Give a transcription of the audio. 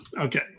Okay